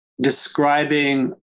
describing